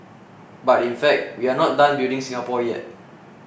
but in fact we are not done building Singapore yet